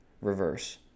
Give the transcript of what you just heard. Reverse